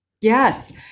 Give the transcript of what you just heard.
yes